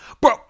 Bro